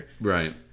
Right